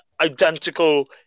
identical